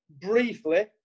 briefly